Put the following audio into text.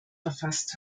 verfasst